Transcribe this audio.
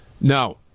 No